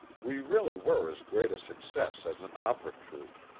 we really were as great a success as an opera troupe,